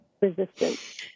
resistance